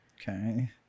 Okay